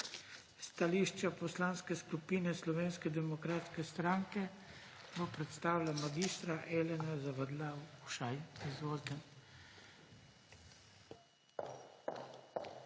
Stališče Poslanske skupine Slovenske demokratske stranke bo predstavila mag. Elena Zavadlav Ušaj.